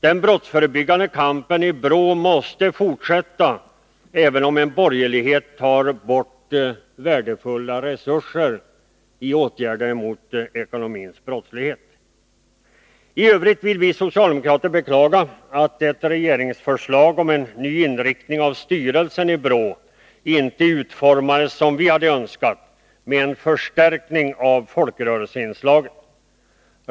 Den brottsförebyggande kampen i BRÅ måste fortsätta, även om en borgerlighet tar bort värdefulla resurser för åtgärder mot den ekonomiska brottsligheten. I övrigt vill vi socialdemokrater beklaga att ett regeringsförslag om ny inriktning av styrelsen i BRÅ inte utformades som vi hade önskat, nämligen med en förstärkning av folkrörelseinslaget.